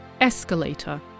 Escalator